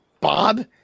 Bob